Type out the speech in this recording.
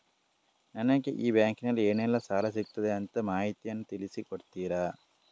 ನನಗೆ ಈ ಬ್ಯಾಂಕಿನಲ್ಲಿ ಏನೆಲ್ಲಾ ಸಾಲ ಸಿಗುತ್ತದೆ ಅಂತ ಮಾಹಿತಿಯನ್ನು ತಿಳಿಸಿ ಕೊಡುತ್ತೀರಾ?